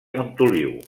montoliu